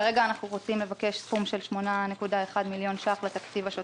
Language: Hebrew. כרגע אנחנו רוצים לבקש סכום של 8.1 מיליון ש"ח לתקציב השוטף.